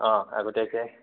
অঁ আগতীয়াকৈ